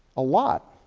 a lot.